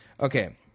Okay